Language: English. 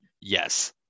Yes